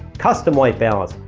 custom white balance.